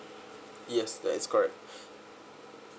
yes that is correct